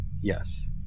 yes